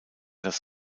das